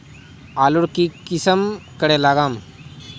आलूर की किसम करे लागम?